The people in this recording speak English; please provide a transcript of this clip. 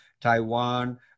Taiwan